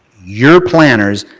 your planners,